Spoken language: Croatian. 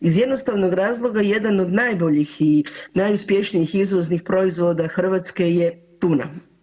Iz jednostavnog razloga jedan od najboljih i najuspješnijih izvoznih proizvoda Hrvatske je tuna.